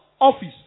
office